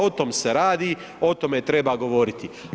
O tome se radi, o tome treba govoriti.